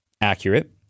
accurate